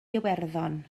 iwerddon